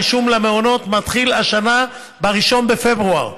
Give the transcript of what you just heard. הרישום למעונות מתחיל השנה ב-1 בפברואר.